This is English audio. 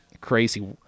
crazy